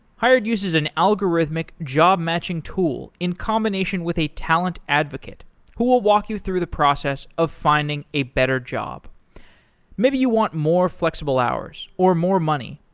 hired uses an algorithmic job-matching tool in combination with a talent advocate who will walk you through the process of finding a better job maybe you want more flexible hours, or more money,